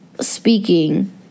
speaking